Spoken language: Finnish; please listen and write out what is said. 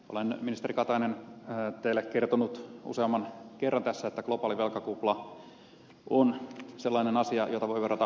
olen ministeri katainen teille kertonut useamman kerran tässä että globaali velkakupla on sellainen asia jota voi verrata pyramidihuijaukseen